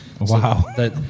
Wow